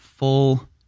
Full